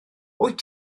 wyt